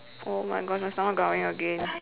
oh my gosh my stomach growling again